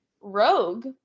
Rogue